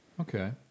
Okay